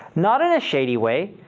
not in a shady way,